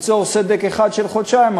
ניצור סדק אחד של חודשיים,